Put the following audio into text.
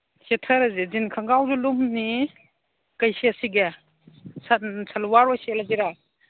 ꯁꯦꯠꯊꯔꯁꯤ ꯖꯤꯟ ꯈꯪꯒꯥꯎꯁꯨ ꯂꯨꯝꯅꯤ ꯀꯩ ꯁꯦꯠꯁꯤꯒꯦ ꯁꯜꯋꯥꯔ ꯑꯣꯏ ꯁꯦꯠꯂꯁꯤꯔꯥ